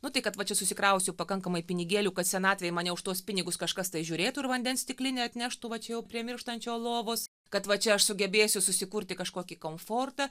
nu tai kad va čia susikrausiu pakankamai pinigėlių kad senatvėj mane už tuos pinigus kažkas tai žiūrėtų ir vandens stiklinę atneštų va čia jau prie mirštančio lovos kad va čia aš sugebėsiu susikurti kažkokį komfortą